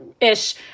ish